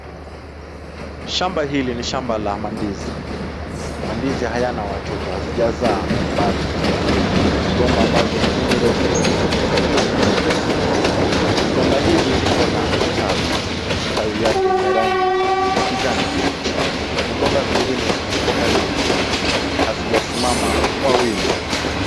Shamba hili ni shamba la mandizi. Mandizi hayana watoto, hazijazaa bado. Kuna migomba ambazo ni mirefu. Zingine ni fupi. Migomba hizi zipo na matawi. Matawi yake ni ya rangi ya kijani kibichi. Migomba zingine zipo karibu kuanguka, hazijasimama kwa wima.